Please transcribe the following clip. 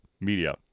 Media